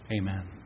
Amen